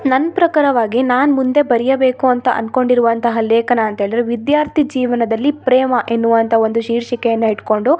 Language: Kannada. ನನ್ನ ಪ್ರಕಾರವಾಗಿ ನಾನು ಮುಂದೆ ಬರೆಯಬೇಕು ಅಂತ ಅನ್ಕೊಂಡಿರುವಂತಹ ಲೇಖನ ಅಂತೇಳಿದರೆ ವಿದ್ಯಾರ್ಥಿ ಜೀವನದಲ್ಲಿ ಪ್ರೇಮ ಎನ್ನುವಂಥ ಒಂದು ಶೀರ್ಷಿಕೆಯನ್ನು ಇಟ್ಕೊಂಡು